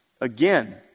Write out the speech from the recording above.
Again